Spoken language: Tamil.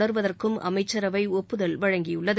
தொடர்வதற்கும் அமைச்சரவை ஒப்புதல் வழங்கியுள்ளது